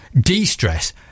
de-stress